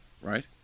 right